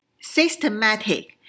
systematic